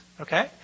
okay